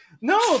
No